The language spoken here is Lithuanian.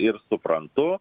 ir suprantu